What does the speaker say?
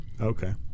Okay